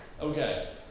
Okay